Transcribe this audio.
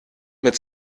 mit